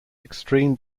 extreme